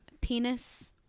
Penis